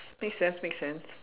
make sense make sense